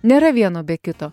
nėra vieno be kito